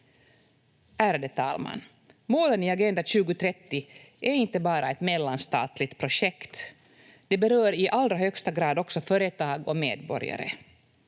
Ärade talman! Målen i Agenda 2030 är inte bara ett mellanstatligt projekt. De berör i allra högsta grad också företag och medborgare.